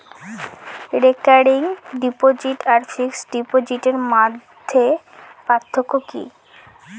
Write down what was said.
Recurring deposit আর fixed ডিপোজিটের মধ্যে পার্থক্য কি?